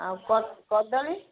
ଆଉ କଦଳୀ